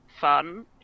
fun